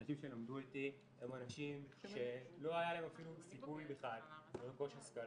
אנשים שלמדו איתי הם אנשים שלא היה להם סיכוי בכלל לרכוש השכלה.